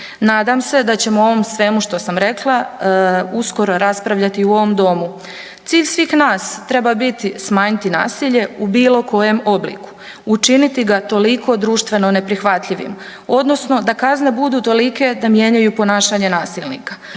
Nadam se da ćemo o ovom svemu što sam rekla uskoro raspravljati u ovom domu. Cilj svih nas treba biti smanjiti nasilje u bilo kojem obliku, učiniti ga toliko društveno neprihvatljivim odnosno da kazne budu tolike da mijenjaju ponašanje nasilnika.